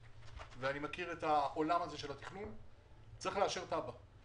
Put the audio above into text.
הייתה בזמנו תב"ע שהוכנה והגיעה לחתימתו של שר